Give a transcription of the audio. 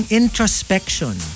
introspection